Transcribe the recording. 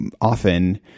often